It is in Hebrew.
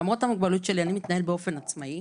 למרות המוגבלות שלי, אני מתנהל באופן עצמאי